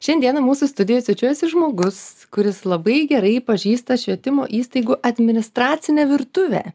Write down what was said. šiandieną mūsų studijoj svečiuosis žmogus kuris labai gerai pažįsta švietimo įstaigų administracinę virtuvę